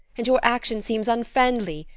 and your action seems unfriendly,